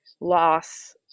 loss